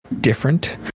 different